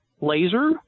laser